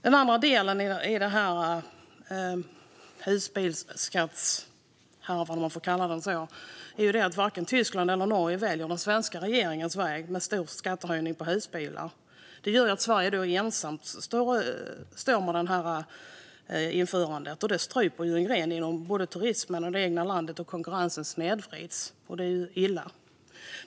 Den andra delen i denna husbilsskattehärva, om man får kalla den så, är att varken Tyskland eller Norge väljer den svenska regeringens väg med stor skattehöjning på husbilar. Det gör att Sverige ensamt står med detta införande. Det stryper en gren inom turismen i det egna landet. Dessutom snedvrids konkurrensen, och det är ju illa.